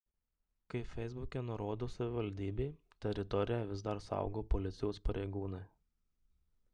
kaip feisbuke nurodo savivaldybė teritoriją vis dar saugo policijos pareigūnai